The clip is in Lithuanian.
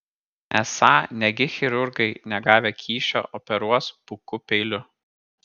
esą negi chirurgai negavę kyšio operuos buku peiliu